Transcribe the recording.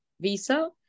visa